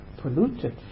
polluted